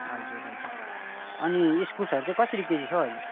हजुर अनि इस्कुसहरू चाहिँ कसरी केजी छ हौ अहिले